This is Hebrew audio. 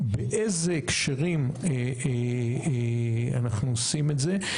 באיזה הקשרים אנחנו עושים את זה.